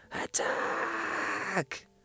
attack